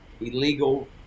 illegal